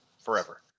forever